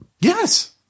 Yes